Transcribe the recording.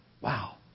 Wow